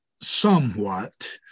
somewhat